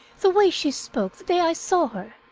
the way she spoke the day i saw her,